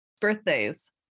Birthdays